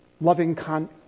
loving